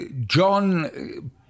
John